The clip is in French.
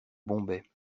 bombay